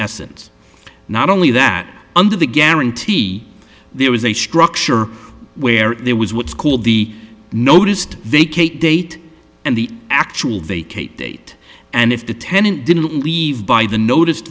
essence not only that under the guarantee there was a structure where there was what's called the noticed vacate date and the actual vacate date and if the tenant didn't leave by the notice